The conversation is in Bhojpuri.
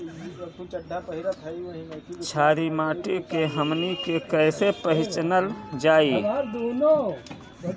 छारी माटी के हमनी के कैसे पहिचनल जाइ?